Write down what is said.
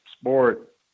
sport